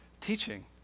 Teaching